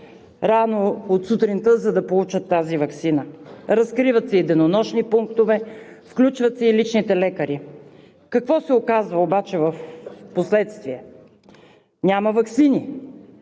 рано от сутринта, за да получат тази ваксина. Разкриват се и денонощни пунктове, включват се и личните лекари. Какво обаче се оказва впоследствие? Няма ваксини